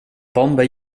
bomber